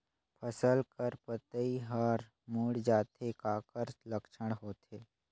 फसल कर पतइ हर मुड़ जाथे काकर लक्षण होथे?